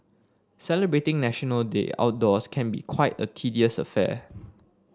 celebrating National Day outdoors can be quite a tedious affair